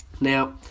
Now